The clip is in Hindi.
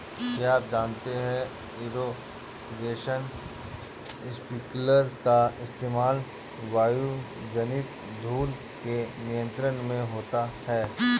क्या आप जानते है इरीगेशन स्पिंकलर का इस्तेमाल वायुजनित धूल के नियंत्रण में होता है?